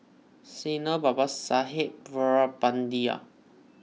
Sanal Babasaheb Veerapandiya